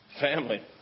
Family